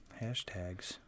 hashtags